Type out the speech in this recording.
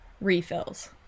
refills